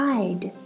Hide